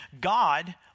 God